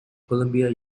columbia